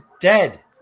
dead